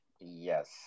Yes